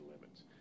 Limits